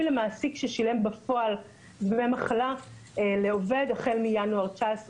למעסיק ששילם בפועל דמי מחלה לעובד החל מינואר 19,